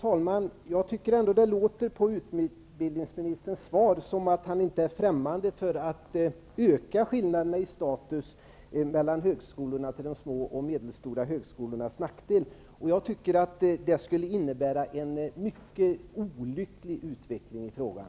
Fru talman! Det låter på utbildningsministerns svar som om han inte är främmande för att öka skillnaderna i status mellan högskolorna till de små och medelstora högskolornas nackdel. Det skulle innebära en mycket olycklig utveckling av frågan.